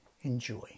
enjoy